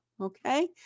okay